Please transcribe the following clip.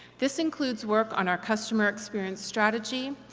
this includes work on our customer experience strategy,